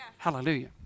Hallelujah